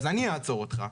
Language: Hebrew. אז אני אעצור אותך.